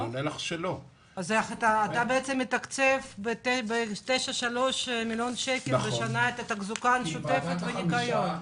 אז אתה רק מתקצב ב-9.3 מיליון שקל בשנה את התחזוקה השוטפת והניקיון.